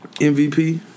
MVP